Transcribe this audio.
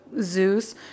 Zeus